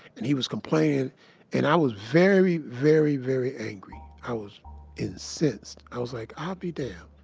and he was complaining and i was very, very, very angry. i was incensed. i was like, i'll be damned.